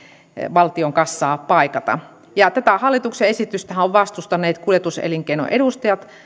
valtion kassaa paikata tätä hallituksen esitystähän ovat vastustaneet kuljetuselinkeinon edustajat